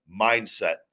mindset